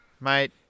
Mate